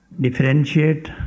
differentiate